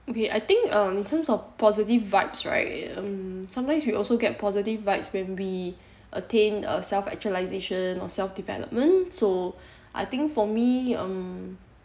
okay I think um in terms of positive vibes right um sometimes we also get positive vibes when we attained a self actualisation or self development so I think for me um